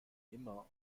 immer